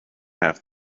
half